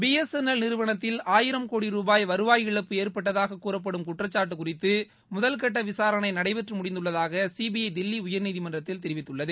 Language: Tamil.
பி எஸ் என் எல் நிறுவனத்தில் ஆயிரம் கோடி ரூபாய் வருவாய் இழப்பு ஏற்பட்டதாக கூறப்படும் குற்றச்சாட்டு குறித்து முதல் கட்ட விசாரணை நடைபெற்று முடிந்துள்ளதாக சிபிஐ தில்லி உயர்நீதிமன்றத்தில் தெரிவித்துள்ளது